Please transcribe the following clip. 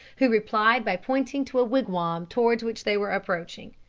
who replied by pointing to a wigwam towards which they were approaching.